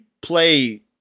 play